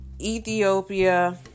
Ethiopia